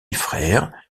frère